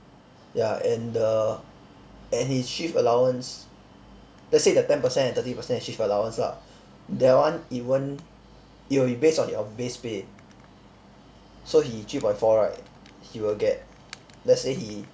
ya and the and his shift allowance let's say the ten percent and thirty percent is shift allowance lah that one it won't it will be based on your base pay so he three point four right he will get let's say he